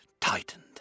tightened